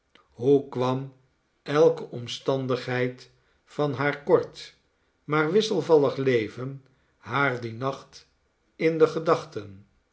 hoe kwam elke omstandigheid van haar kort maar wisselvallig leven haar dien nacht in de gedachten